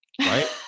right